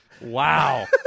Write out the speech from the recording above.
wow